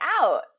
out